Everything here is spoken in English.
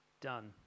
done